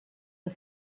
der